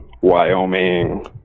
Wyoming